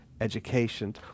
education